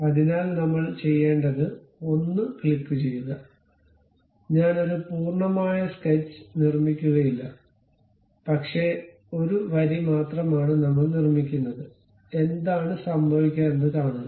അതിനാൽ നമ്മൾ ചെയ്യേണ്ടത് ഒന്ന് ക്ലിക്കുചെയ്യുക ഞാൻ ഒരു പൂർണ്ണമായ സ്കെച്ച് നിർമ്മിക്കുകയില്ല പക്ഷേ ഒരു വരി മാത്രമാണ് നമ്മൾ നിർമ്മിക്കുന്നത് എന്താണ് സംഭവിക്കുക എന്ന് കാണുക